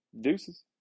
Deuces